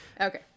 okay